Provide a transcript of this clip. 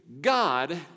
God